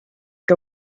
que